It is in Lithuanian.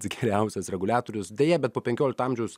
tikriausias reguliatorius deja bet po penkiolikto amžiaus